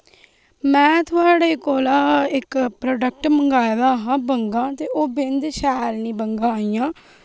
में थुआड़े कोला इक प्रोडक्ट मंगवाए दा हा बंगा ते ओह् बेंद शैल निं बंगा आइयां